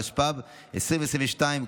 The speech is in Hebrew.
התשפ"ב 2022,